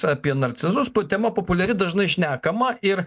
apie narcizus po tema populiari dažnai šnekama ir